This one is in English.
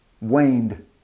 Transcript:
waned